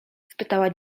spytała